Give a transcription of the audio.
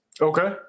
Okay